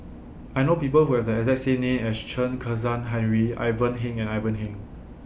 I know People Who Have The exact same name as Chen Kezhan Henri Ivan Heng and Ivan Heng